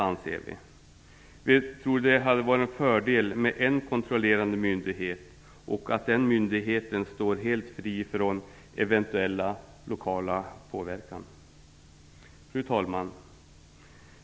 Vi tror att det hade varit en fördel med en enda kontrollerande myndighet, som skulle stå helt fri från eventuell lokal påverkan. Fru talman!